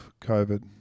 COVID